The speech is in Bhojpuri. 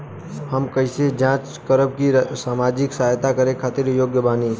हम कइसे जांच करब की सामाजिक सहायता करे खातिर योग्य बानी?